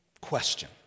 question